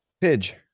Pidge